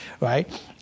right